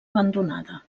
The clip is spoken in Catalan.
abandonada